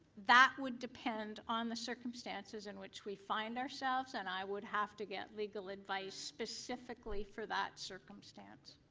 that would depend on the circumstances in which we find ourselves. and i would have to get legal advice specifically for that circumstance.